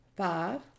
Five